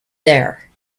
there